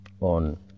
on